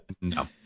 no